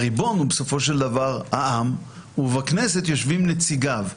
הריבון הוא בסופו של דבר העם ובכנסת יושבים נציגיו.